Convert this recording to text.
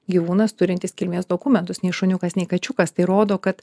gyvūnas turintis kilmės dokumentus nei šuniukas nei kačiukas tai rodo kad